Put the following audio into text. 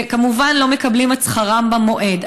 וכמובן, לא מקבלים את שכרם במועד.